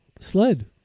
Sled